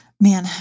Man